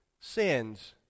sins